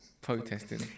protesting